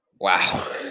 Wow